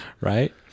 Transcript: right